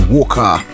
Walker